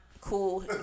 cool